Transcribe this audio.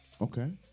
Okay